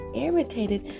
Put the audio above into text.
irritated